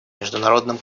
международным